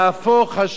אלהיך לך